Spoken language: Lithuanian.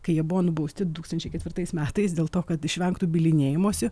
kai jie buvo nubausti du tūkstančiai ketvirtais metais dėl to kad išvengtų bylinėjimosi